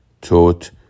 taught